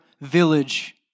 village